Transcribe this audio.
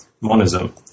monism